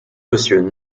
monsieur